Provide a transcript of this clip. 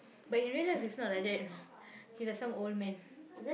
but in real life he's not like that you know he like some old man